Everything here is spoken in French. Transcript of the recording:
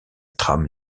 trame